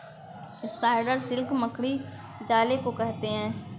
spider silk मकड़ी जाले को कहते हैं